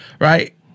right